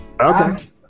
Okay